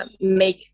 make